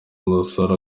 umusore